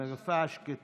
בפני